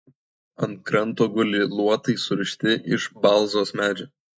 ant kranto guli luotai surišti iš balzos medžio